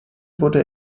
wurde